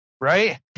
right